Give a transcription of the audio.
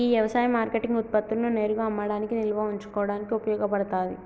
గీ యవసాయ మార్కేటింగ్ ఉత్పత్తులను నేరుగా అమ్మడానికి నిల్వ ఉంచుకోడానికి ఉపయోగ పడతాది